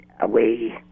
away